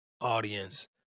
audience